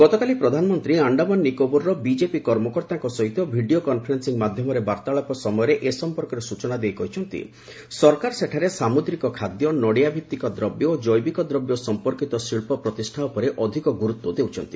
ଗତକାଲି ପ୍ରଧାନମନ୍ତ୍ରୀ ଆଶ୍ଡାମାନ ନିକୋବରର ବିଜେପି କର୍ମକର୍ତ୍ତାଙ୍କ ସହିତ ଭିଡ଼ିଓ କନ୍ଫରେନ୍ିଂ ମାଧ୍ୟମରେ ବାର୍ତ୍ତାଳାପ ସମୟରେ ଏ ସଂପର୍କରେ ସ୍କଚନା ଦେଇ କହିଛନ୍ତି ସରକାର ସେଠାରେ ସାମ୍ରଦ୍ରିକ ଖାଦ୍ୟ ନଡ଼ିଆ ଭିତ୍ତିକ ଦ୍ରବ୍ୟ ଓ ଜୈବିକ ଦ୍ରବ୍ୟ ସଂପର୍କିତ ଶିଳ୍ପ ପ୍ରତିଷ୍ଠା ଉପରେ ଅଧିକ ଗୁରୁତ୍ୱ ଦେଉଛନ୍ତି